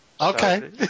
Okay